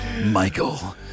Michael